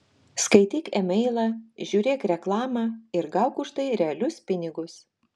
skaityk e mailą žiūrėk reklamą ir gauk už tai realius pinigus